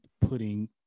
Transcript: putting